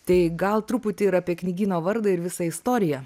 tai gal truputį ir apie knygyno vardą ir visą istoriją